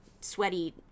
sweaty